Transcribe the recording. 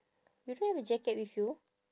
you don't have a jacket with you